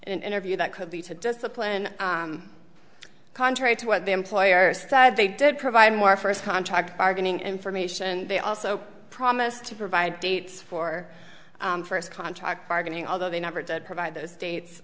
and interview that could be to discipline contrary to what the employer said they did provide more first contract bargaining information they also promised to provide dates for first contract bargaining although they never did provide those dates